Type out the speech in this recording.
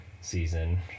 season